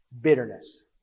Bitterness